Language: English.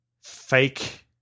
fake